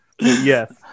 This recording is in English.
Yes